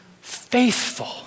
faithful